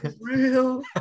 real